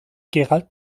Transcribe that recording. gerald